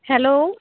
hello